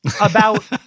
about-